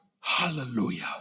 Hallelujah